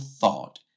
thought